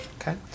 Okay